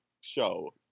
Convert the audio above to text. show